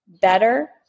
better